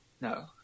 No